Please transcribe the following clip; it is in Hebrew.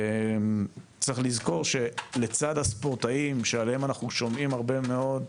צריך לזכור שלצד הספורטאים שעליהם אנחנו שומעים הרבה מאוד,